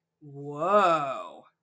Whoa